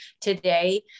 today